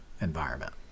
environment